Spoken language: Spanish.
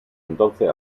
entonces